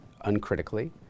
uncritically